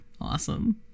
Awesome